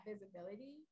visibility